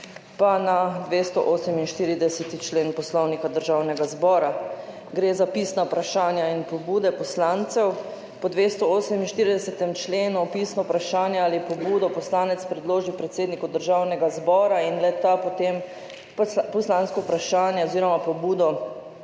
in na 248. člen Poslovnika Državnega zbora, gre za pisna vprašanja in pobude poslancev. Po 248. členu pisno vprašanje ali pobudo poslanec predloži predsedniku Državnega zbora in le-ta potem poslansko vprašanje oziroma pobudo